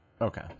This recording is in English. Okay